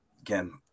again